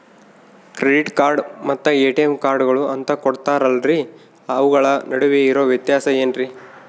Credit card ಮತ್ತ ATM ಕಾರ್ಡುಗಳು ಅಂತಾ ಕೊಡುತ್ತಾರಲ್ರಿ ಅವುಗಳ ನಡುವೆ ಇರೋ ವ್ಯತ್ಯಾಸ ಏನ್ರಿ?